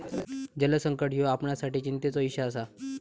जलसंकट ह्यो आपणासाठी चिंतेचो इषय आसा